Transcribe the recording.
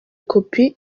kopi